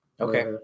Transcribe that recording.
Okay